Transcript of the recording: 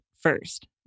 first